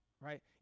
right